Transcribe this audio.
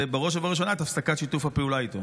ובראש ובראשונה את הפסקת שיתוף הפעולה איתו.